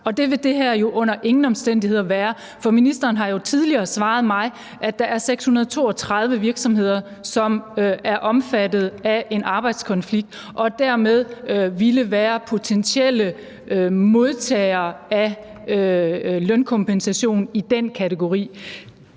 det vil det her jo under ingen omstændigheder være, for ministeren har jo tidligere svaret mig, at der er 632 virksomheder, som er omfattet af en arbejdskonflikt og dermed ville være potentielle modtagere af lønkompensation i den kategori.